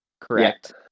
correct